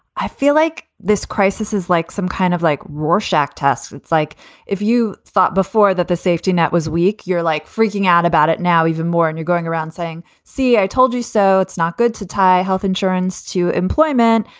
i feel like this crisis is like some kind of like rorschach test. it's like if you thought before that the safety net was weak, you're like freaking out about it now even more. and you're going around saying, see, i told you so. it's not good to tie health insurance to employment.